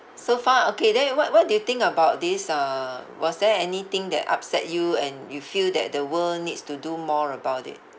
so far okay then what what do you think about this uh was there anything that upset you and you feel that the world needs to do more about it